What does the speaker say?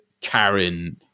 Karen